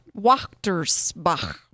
Wachtersbach